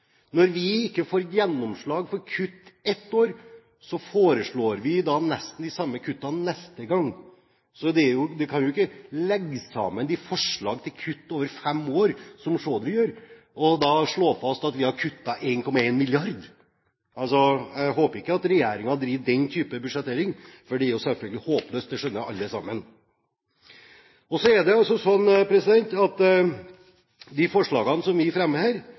Når vi ikke får gjennomslag for kutt ett år, foreslår vi nesten de samme kuttene neste gang. Man kan jo ikke legge sammen de forslagene til kutt over fem år, slik som Chaudhry gjør, og så slå fast at vi har kuttet 1,1 mrd. kr. Jeg håper ikke regjeringen driver med den type budsjettering, for det er selvfølgelig håpløst. Det skjønner alle sammen. Så er det også sånn at de forslagene som vi fremmer her,